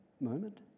moment